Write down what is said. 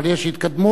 אבל יש התקדמות,